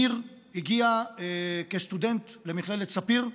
ניר הגיע כסטודנט למכללת ספיר,